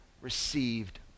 received